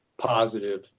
positive